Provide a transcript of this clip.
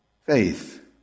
faith